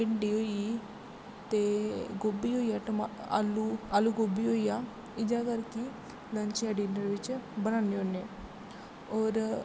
भिंड़ी होई ते गोभी होइया आलू आलू गोभी होइया इ'यां गल्कि लंच शडियूल च बनान्ने होन्ने